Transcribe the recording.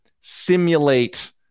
simulate